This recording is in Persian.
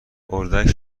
اردک